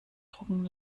drucken